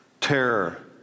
terror